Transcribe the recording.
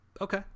Okay